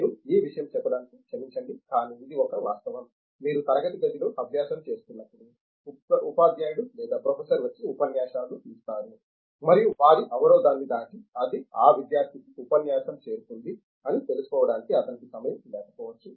నేను ఈ విషయం చెప్పడానికి క్షమించండి కానీ ఇది ఒక వాస్తవం మీరు తరగతి గదిలో అభ్యాసం చేస్తునప్పుడు ఉపాధ్యాయుడు లేదా ప్రొఫెసర్ వచ్చి ఉపన్యాసాలు ఇస్తారు మరియు వారి అవరోధాన్ని దాటి అది ఆ విద్యార్థికి ఉపన్యాసం చేరుకుంది అని తెలుసుకోవడానికి అతనికి సమయం లేకపోవచ్చు